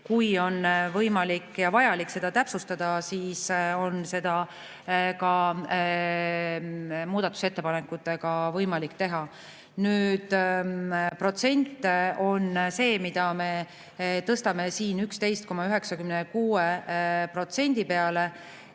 Kui on võimalik ja vajalik seda täpsustada, siis on muudatusettepanekutega võimalik seda teha. Nüüd, protsent on see, mille me tõstame siin 11,96% peale.